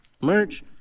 merch